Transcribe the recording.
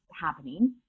happening